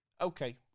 okay